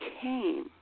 came